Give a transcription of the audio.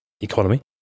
economy